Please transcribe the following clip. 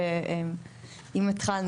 ואם התחלנו,